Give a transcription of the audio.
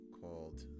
called